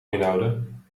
inhouden